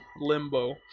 limbo